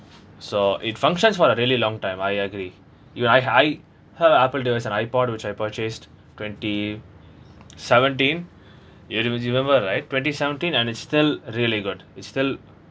so it functions for a really long time I agree ya I I heard apple device an ipod which I purchased twenty seventeen you you remember right twenty seventeen and it's still really good it's still